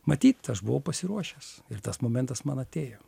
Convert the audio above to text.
matyt aš buvau pasiruošęs ir tas momentas man atėjo